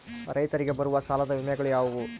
ರೈತರಿಗೆ ಬರುವ ಸಾಲದ ವಿಮೆಗಳು ಯಾವುವು?